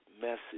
message